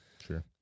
Sure